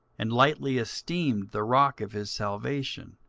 and lightly esteemed the rock of his salvation.